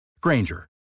Granger